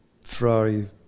Ferrari